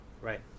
right